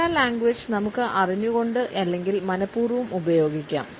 paralanguage നമുക്ക് അറിഞ്ഞുകൊണ്ട് അല്ലെങ്കിൽ മനപൂർവ്വം ഉപയോഗിക്കാം